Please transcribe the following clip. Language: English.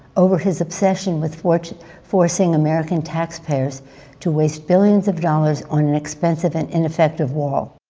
over his obsession with forcing forcing american taxpayers to waste billions of dollars on an expensive and ineffective wall